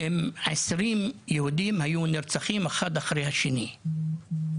אם 20 יהודים היו נרצחים אחד אחרי השני.